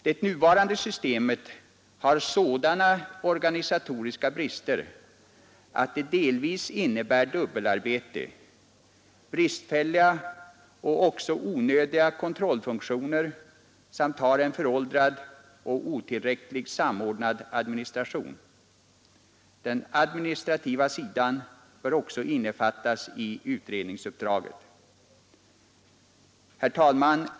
Det nuvarande systemet har sådana organisatoriska brister att det delvis innebär dubbelarbete, bristfälliga och också onödiga kontrollfunktioner. Dessutom har det en föråldrad och otillräckligt samordnad administration. Den administrativa sidan bör också innefattas i utredningsuppdraget. Herr talman!